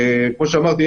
כמו שאמרתי,